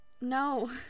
No